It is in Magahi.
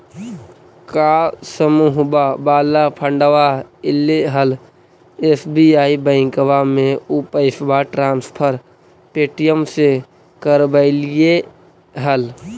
का समुहवा वाला फंडवा ऐले हल एस.बी.आई बैंकवा मे ऊ पैसवा ट्रांसफर पे.टी.एम से करवैलीऐ हल?